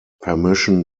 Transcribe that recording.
permission